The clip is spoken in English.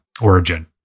origin